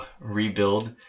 rebuild